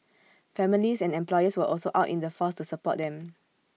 families and employers were also out in force to support them